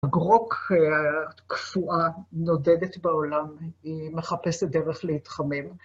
הגרוק קפואה, נודדת בעולם, היא מחפשת דרך להתחמם.